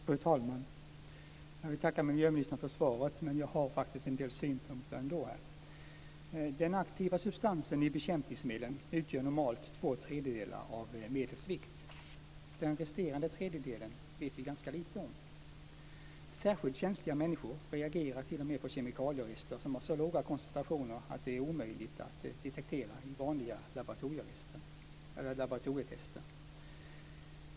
Fru talman! Jag vill tacka miljöministern för svaret, men jag har en del synpunkter på det. Den aktiva substansen i bekämpningsmedlen utgör normalt två tredjedelar av medlets vikt. Den resterande tredjedelen vet vi ganska lite om. Särskilt känsliga människor reagerar t.o.m. på kemikalierester som har så låga koncentrationer att de är omöjliga att detektera i vanliga laboratorietester.